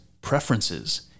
preferences